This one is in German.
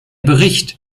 bericht